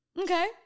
Okay